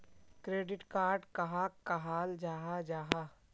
Credit card कहाक कहाल जाहा जाहा?